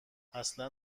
اصلا